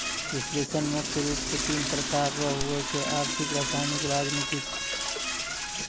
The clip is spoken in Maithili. विश्लेषण मुख्य रूप से तीन प्रकार रो हुवै छै आर्थिक रसायनिक राजनीतिक